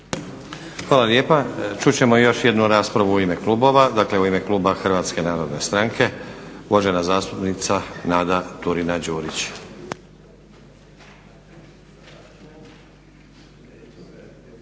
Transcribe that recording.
Hvala lijepa. Čut ćemo još jednu raspravu u ime klubova. Dakle u ime kluba HNS-a uvažena zastupnica Nada Turina-Đurić.